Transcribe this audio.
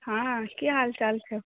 हाँ की हाल चाल छै